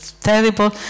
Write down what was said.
Terrible